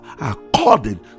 according